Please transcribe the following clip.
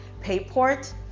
payport